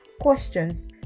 questions